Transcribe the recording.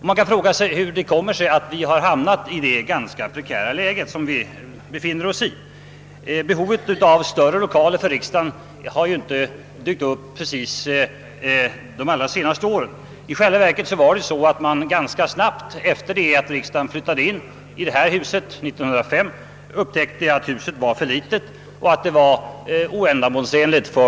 Man kan fråga sig hur det kommer sig att vi har hamnat i det prekära läget. Behovet av större lokaler för riksdagen har ju inte precis dykt upp under de allra senaste åren. I själva verket upptäckte man ganska snart efter det att riksdagen år 1905 flyttat in i detta hus, att det var för litet och oändamålsenligt.